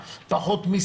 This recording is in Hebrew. פחות שטחי השכרה,